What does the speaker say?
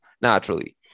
naturally